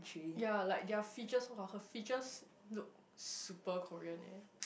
ya like their features [wah] their features look super Korean eh